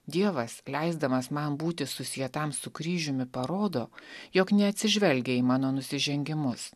dievas leisdamas man būti susietam su kryžiumi parodo jog neatsižvelgia į mano nusižengimus